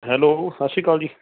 hello ਸਤਿ ਸ਼੍ਰੀ ਅਕਾਲ ਜੀ